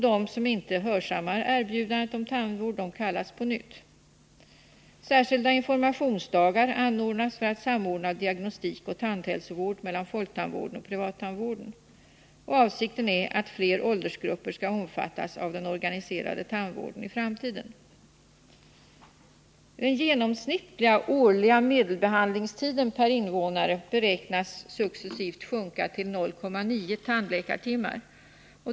De som inte hörsammar erbjudandet om tandvård kallas på nytt. Särskilda informationsdagar anordnas för att samordna diagnostik och tandhälsovård mellan folktandvården och privattandvården. Avsikten är att fler åldersgrupper skall omfattas av den organiserade tandvården i framtiden. Den genomsnittliga årliga medelbehandlingstiden per invånare beräknas successivt sjunka till 0,9 tandläkartimmar.